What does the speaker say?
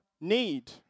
need